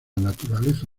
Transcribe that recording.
naturaleza